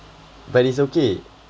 but it's okay